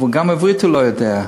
אבל גם עברית הוא לא יודע,